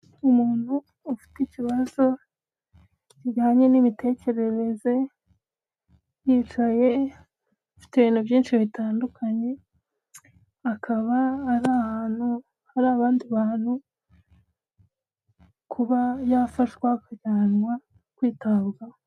Umuntu ufite ikibazo kijyanye n'imitekerereze yicaye afite ibintu byinshi bitandukanye akaba ari ahantu hari abandi bantu kuba yafashwa akajyanwa kwitabwaho.